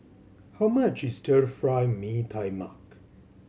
how much is Stir Fry Mee Tai Mak